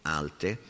alte